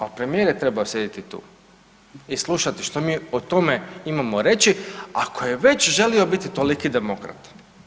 Al premijer je trebao sjediti tu i slušati što mi o tome imamo reći ako je već želio biti toliki demokrata.